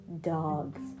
dogs